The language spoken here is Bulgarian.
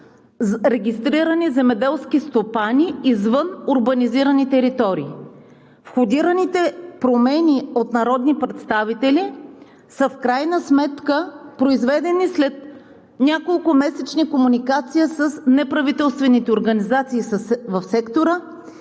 регистрирани земеделски стопани извън урбанизирани територии. Входираните промени от народни представители са в крайна сметка произведени след неколкомесечна комуникация с неправителствените организации в сектора